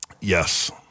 Yes